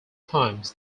times